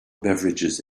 beverages